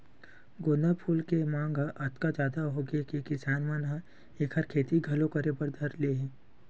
गोंदा फूल के मांग ह अतका जादा होगे हे कि किसान मन ह एखर खेती घलो करे बर धर ले हे